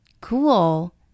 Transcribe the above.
Cool